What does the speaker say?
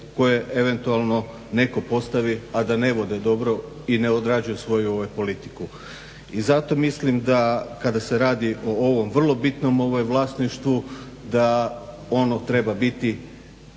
koje eventualno netko postavi a da ne vode dobro i ne odrađuju svoju politiku. I zato mislim da kada se radi o ovom vrlo bitnom vlasništvu da ono treba biti